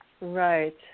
Right